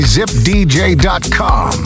ZipDJ.com